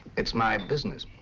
it's my business.